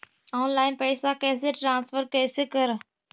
Online पैसा कैसे transfer कैसे कर?